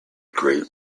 great